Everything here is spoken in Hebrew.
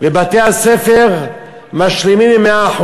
ובתי-הספר משלימים עד 100%,